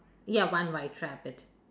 ya one white rabbit